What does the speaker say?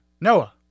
Noah